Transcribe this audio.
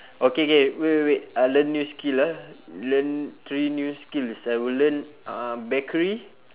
okay K K wait wait wait uh learn new skill ah learn three new skills I will learn uh bakery